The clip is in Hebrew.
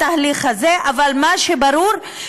אבל מה שברור,